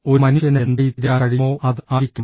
ഒരു മനുഷ്യന് എന്തായിത്തീരാൻ കഴിയുമോ അത് ആയിരിക്കണം